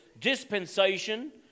dispensation